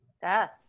death